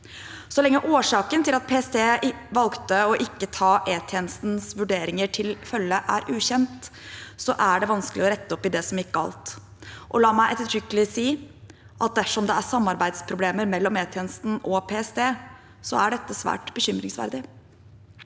Så lenge årsaken til at PST valgte å ikke ta E-tjenestens vurderinger til følge er ukjent, er det vanskelig å rette opp i det som gikk galt. Og la meg ettertrykkelig si at dersom det er samarbeidsproblemer mellom E-tjenesten og PST, er dette svært bekymringsverdig.